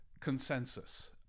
consensus